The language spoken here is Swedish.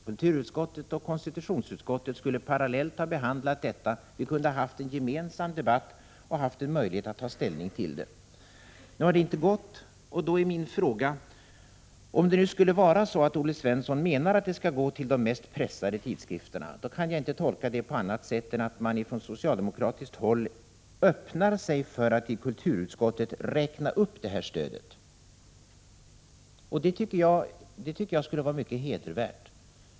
Kulturutskottet och konstitutionsutskottet skulle parallellt ha behandlat detta, och vi kunde ha haft en gemensam debatt och fått möjlighet att ta ställning. Nu har det inte gått, och då är min fråga: Om Olle Svensson menar att detta stöd skall gå till de mest pressade tidskrifterna, då kan jag inte tolka det på annat sätt än att man på socialdemokratiskt håll öppnar sig för att i kulturutskottet räkna upp det här stödet. Det tycker jag skulle vara mycket hedervärt.